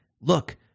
look